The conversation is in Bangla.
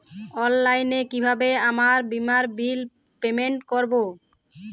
অনলাইনে কিভাবে আমার বীমার বিল পেমেন্ট করবো?